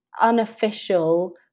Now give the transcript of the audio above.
unofficial